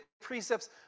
precepts